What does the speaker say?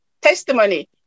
testimony